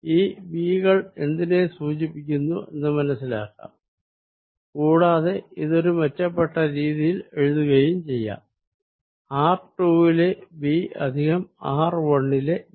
ഈ V കൾ എന്തിനെ സൂചിപ്പിക്കുന്നു എന്നുമനസ്സിലാക്കം കൂടാതെ ഇതൊരു മെച്ചപ്പെട്ട രീതിയിൽ എഴുതുകയും ചെയ്യാം r 2 ലെ V പ്ലസ് r 1 ലെ വി